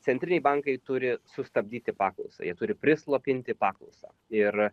centriniai bankai turi sustabdyti paklausą jie turi prislopinti paklausą ir